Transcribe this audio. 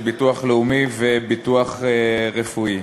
ביטוח לאומי וביטוח רפואי.